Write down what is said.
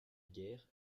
guerre